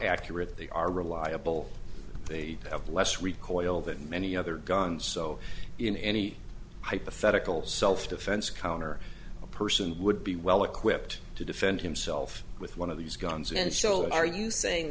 accurate they are reliable they have less recoil than many other guns so in any hypothetical self defense counter a person would be well equipped to defend himself with one of these guns and so are you saying